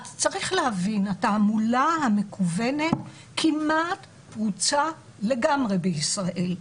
צריך להבין שהתעמולה המקוונת כמעט פרוצה לגמרי בישראל.